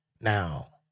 Now